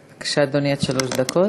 בבקשה, אדוני, עד שלוש דקות.